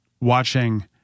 watching